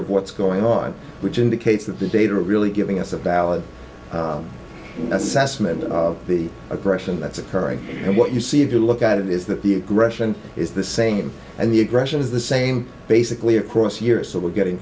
of what's going on which indicates that the data really giving us a valid assessment of the aggression that's occurring and what you see if you look at it is that the aggression is the same and the aggression is the same basically across years so we're getting